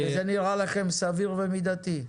וזה נראה לכם סביר ומידתי?